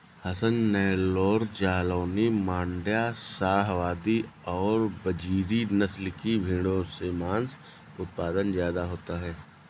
हसन, नैल्लोर, जालौनी, माण्ड्या, शाहवादी और बजीरी नस्ल की भेंड़ों से माँस उत्पादन ज्यादा होता है